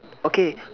okay